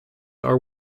are